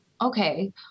okay